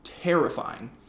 terrifying